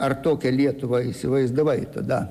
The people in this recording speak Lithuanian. ar tokią lietuvą įsivaizdavai tada